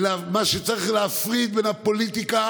ומה שצריך, להפריד בין הפוליטיקה